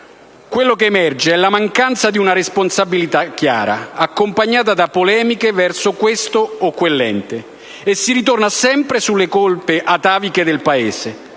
quello che emerge è la mancanza di una responsabilità chiara, accompagnata da polemiche verso questo o quell'ente. E si ritorna sempre sulle colpe ataviche del Paese: